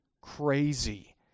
crazy